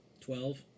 Twelve